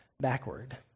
backward